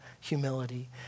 humility